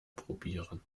probieren